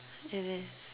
it is